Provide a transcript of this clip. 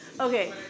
Okay